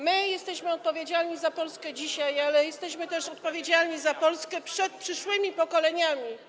My jesteśmy odpowiedzialni za Polskę dzisiaj, ale jesteśmy też odpowiedzialni za Polskę przed przyszłymi pokoleniami.